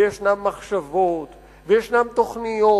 וישנן מחשבות, וישנן תוכניות,